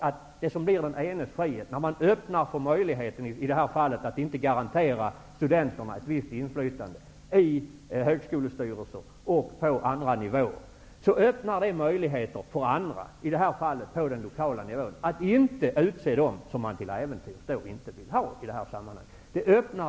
När man i det här fallet öppnar för möjligheten att inte garantera studenterna ett visst inflytande i högskolestyrelser och på andra nivåer, öppnar det möjligheter för andra, i det här fallet på den lokala nivån, att inte utse dem som man till äventyrs inte vill ha.